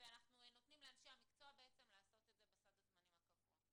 ואנחנו נותנים לאנשי המקצוע בעצם לעשות את זה בסד הזמנים הקבוע.